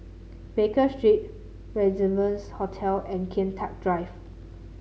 Baker Street Rendezvous Hotel and Kian Teck Drive